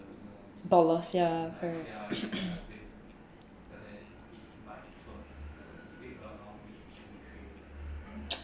dollars ya correct